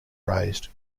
raised